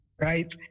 right